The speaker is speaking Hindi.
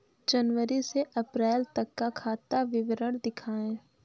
जनवरी से अप्रैल तक का खाता विवरण दिखाए?